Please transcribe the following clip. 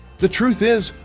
the truth is,